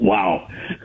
Wow